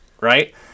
right